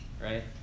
right